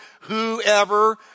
whoever